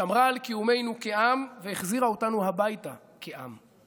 שמרה על קיומנו כעם והחזירה אותנו הביתה כעם.